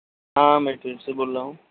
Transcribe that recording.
ہاں میں ٹورس سے بول رہا ہوں